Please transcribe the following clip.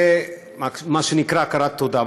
זה מה שנקרא הכרת טובה,